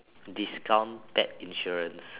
discount pet insurance